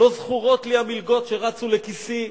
לא זכורות לי המלגות שרצו לכיסי,